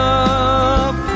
up